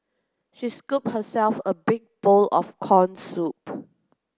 she scooped herself a big bowl of corn soup